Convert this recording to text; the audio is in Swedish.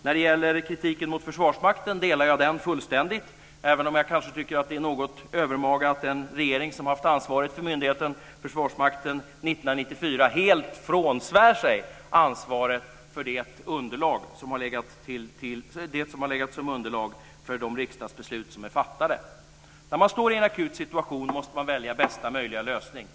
Jag delar fullständigt kritiken mot Försvarsmakten även om jag kanske tycker att det är något övermaga att den regering som har haft ansvaret för myndigheten, Försvarsmakten, sedan 1994 helt frånsvär sig ansvaret för det som har legat som underlag för de riksdagsbeslut som är fattade. När man står i en akut situation måste man välja bästa möjliga lösning.